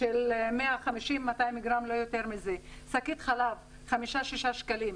200-150 גרם לא יותר מזה, שקית חלב 6-5 שקלים.